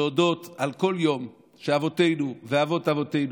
להודות על כל יום שאבותינו ואבות-אבותינו,